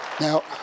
Now